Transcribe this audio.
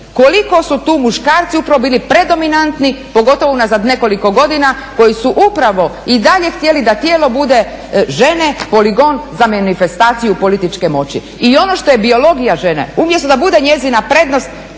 Koliko su tu muškarci upravo bili predominantni pogotovo unazad nekoliko godina koji su upravo i dalje htjeli da tijelo bude žene poligon za manifestaciju političke moći. I ono što je biologija žene, umjesto da bude njezina prednost